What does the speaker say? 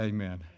Amen